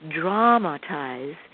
dramatize